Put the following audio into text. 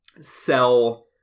sell